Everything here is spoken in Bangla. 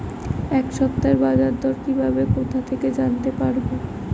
এই সপ্তাহের বাজারদর কিভাবে কোথা থেকে জানতে পারবো?